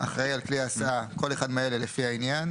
"אחראי על כלי הסעה" כל אחד מאלה, לפי העניין: